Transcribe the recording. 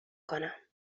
کنم